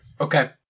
Okay